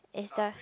it's the